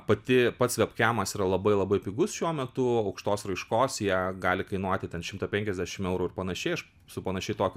pati pas veb kemas yra labai labai pigus šiuo metu aukštos raiškos ją gali kainuoti ten šimtą penkiasdešim eurų ir panašiai aš su panašiai tokiu